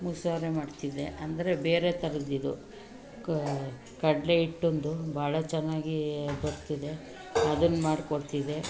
ಮುಸೋರೆ ಮಾಡ್ತಿದ್ದೆ ಅಂದರೆ ಬೇರೆ ಥರದ್ದು ಇದು ಕಡಲೆ ಹಿಟ್ಟೊಂದು ಭಾಳ ಚೆನ್ನಾಗಿ ಬರ್ತಿದೆ ಅದನ್ನ ಮಾಡಿಕೊಡ್ತಿದ್ದೆ